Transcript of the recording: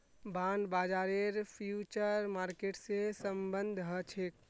bond बाजारेर future market से सम्बन्ध ह छे